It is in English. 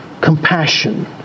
compassion